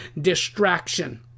distraction